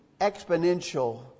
exponential